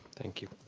thank you.